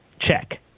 check